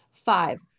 Five